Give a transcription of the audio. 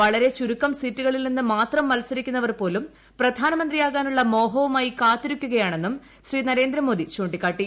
വളരെ ചുരുക്കം സീറ്റുകളിൽ നിന്ന് മാത്രം മത്സരിക്കുന്നവർ പ്രധാനമന്ത്രിയാകാനുള്ള പോലും മോഹവുമായി കാത്തിരിക്കുകയാണെന്നും ശ്രീ നരേന്ദ്രമോദി ചൂണ്ടിക്കാട്ടി